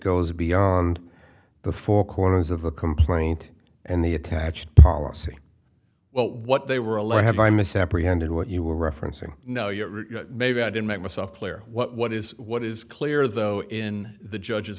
goes beyond the four corners of the complaint and the attached policy well what they were a lot of i miss apprehended what you were referencing no you are maybe i didn't make myself clear what is what is clear though in the judge's